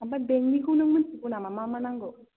ओमफ्राय बेंकनिखौ नों मिनथिगौ नामा मा मा नांगौ